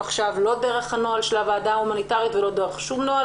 עכשיו דרך הנוהל של הוועדה ההומניטרית ודרך שום נוהל